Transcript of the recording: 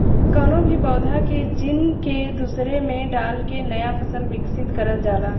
कउनो भी पौधा के जीन के दूसरे में डाल के नया फसल विकसित करल जाला